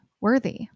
worthy